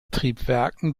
triebwerken